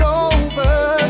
over